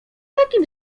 takim